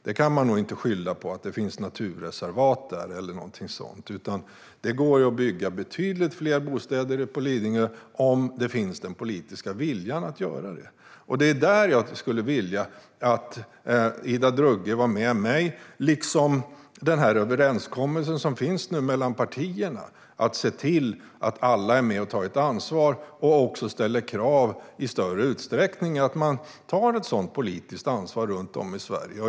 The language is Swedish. Det kan man nog inte skylla på att det finns naturreservat där eller något sådant, utan det går att bygga betydligt fler bostäder på Lidingö om den politiska viljan att göra detta finns. Det är där jag skulle vilja att Ida Drougge var med mig. Det finns nu en överenskommelse mellan partierna om att se till att alla är med och tar ansvar och även i större utsträckning ställer krav på att man tar ett sådant politiskt ansvar runt om i Sverige.